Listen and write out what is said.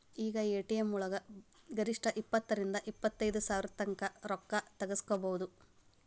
ಈಗ ಎ.ಟಿ.ಎಂ ವಳಗ ಗರಿಷ್ಠ ಇಪ್ಪತ್ತರಿಂದಾ ಇಪ್ಪತೈದ್ ಸಾವ್ರತಂಕಾ ರೊಕ್ಕಾ ತಗ್ಸ್ಕೊಬೊದು